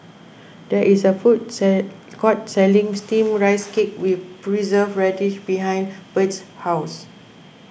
there is a food sell court selling Steamed Rice Cake with Preserved Radish behind Bird's house